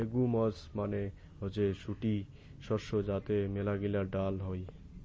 legumes মানে হসে গুটি শস্য যাতে মেলাগিলা ডাল হই